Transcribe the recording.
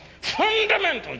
fundamental